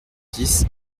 dix